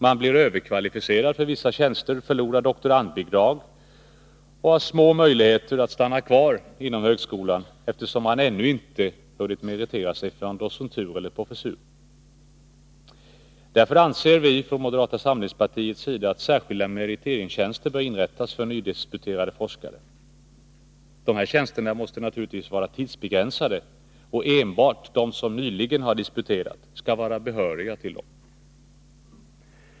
Man blir överkvalificerad för vissa tjänster, förlorar doktorandbidrag samt har små möjligheter att stanna kvar inom högskolan, eftersom man ännu inte hunnit meritera sig för en docentur eller professur. Därför anser vi i moderata samlingspartiet att särskilda meriteringstjänster bör inrättas för nydisputerade forskare. Tjänsterna måste naturligtvis vara tidsbegränsade, och enbart de som nyligen har disputerat skall vara behöriga till dem.